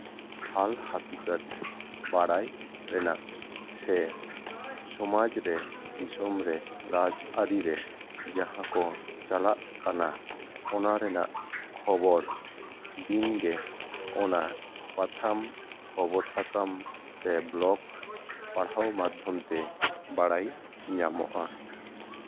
ᱦᱟᱞ ᱦᱟᱹᱠᱤᱜᱚᱛ ᱵᱟᱲᱟᱭ ᱨᱮᱱᱟᱜ ᱥᱮ ᱥᱚᱢᱟᱡᱽ ᱨᱮ ᱫᱤᱥᱚᱢ ᱨᱮ ᱨᱟᱡᱽᱼᱟᱹᱨᱤ ᱨᱮ ᱡᱟᱦᱟᱸ ᱠᱚ ᱪᱟᱞᱟᱜ ᱠᱟᱱᱟ ᱚᱱᱟ ᱨᱮᱱᱟᱜ ᱠᱷᱚᱵᱚᱨ ᱫᱤᱱᱜᱮ ᱚᱱᱟ ᱯᱟᱛᱷᱟᱢ ᱠᱷᱚᱵᱚᱨ ᱥᱟᱠᱟᱢ ᱥᱮ ᱵᱞᱚᱜᱽ ᱯᱟᱲᱦᱟᱣ ᱢᱟᱫᱽᱫᱷᱚᱢ ᱛᱮ ᱵᱟᱲᱟᱭ ᱧᱟᱢᱚᱜᱼᱟ